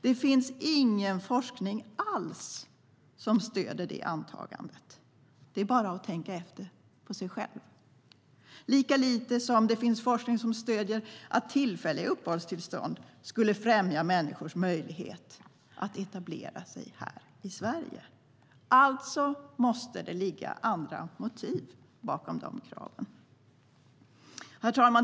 Det finns ingen forskning alls som stöder det antagandet - det är bara att själv tänka efter - lika lite som det finns forskning som stöder att tillfälliga uppehållstillstånd skulle främja människors möjlighet att etablera sig i Sverige. Alltså måste det ligga andra motiv bakom kraven. Herr talman!